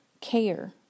care